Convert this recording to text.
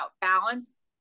balance